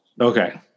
Okay